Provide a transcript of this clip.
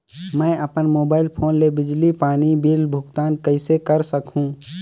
मैं अपन mobile phone ले बिजली पानी बिल भुगतान कइसे कर सकहुं?